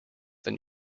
than